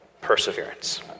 perseverance